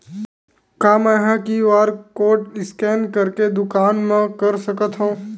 का मैं ह क्यू.आर कोड स्कैन करके दुकान मा कर सकथव?